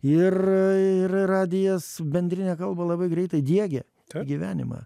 ir ir radijas bendrinę kalbą labai greitai diegė tą gyvenimą